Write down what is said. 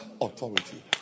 authority